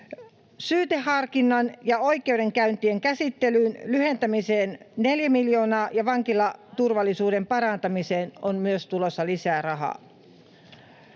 Syyteharkinnan ja oikeudenkäyntien käsittelyn lyhentämiseen tulee 4 miljoonaa, ja vankilaturvallisuuden parantamiseen on myös tulossa lisää rahaa.